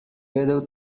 vedel